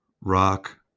rock